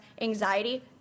anxiety